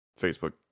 facebook